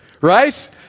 right